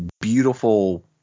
beautiful